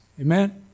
Amen